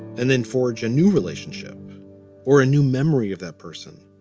and then forge a new relationship or a new memory of that person,